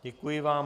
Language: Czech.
Děkuji vám.